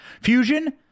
Fusion